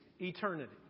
eternity